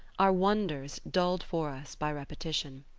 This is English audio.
are wonders dulled for us by repetition.